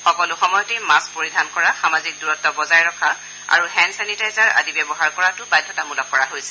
সকলো সময়তে মাস্ক পৰিধান কৰা সামাজিক দূৰত্ব বজাই ৰখা আৰু হেণ্ড ছেনিটাইজাৰ আদি ব্যৱহাৰ কৰাটো বাধ্যতামূলক কৰা হৈছে